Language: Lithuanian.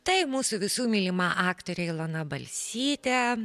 tai mūsų visų mylima aktorė ilona balsytė